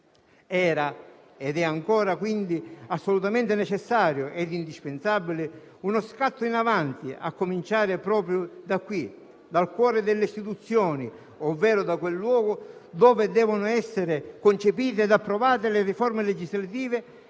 anni. Era quindi assolutamente necessario ed indispensabile - e lo è ancora - uno scatto in avanti, a cominciare proprio da qui, dal cuore delle istituzioni, ovvero da quel luogo dove devono essere concepite ed approvate le riforme legislative,